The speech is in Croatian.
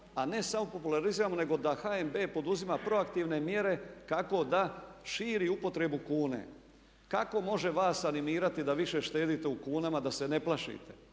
a ne samo populariziramo, nego da HNB poduzima proaktivne mjere kako da širi upotrebu kune. Kako može vas animirati da više štedite u kunama da se ne plašite?